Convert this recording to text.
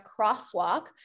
crosswalk